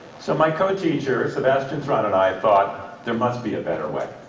so my co-teacher, sebastian thrun and i thought there must be a better way.